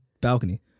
balcony